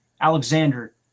Alexander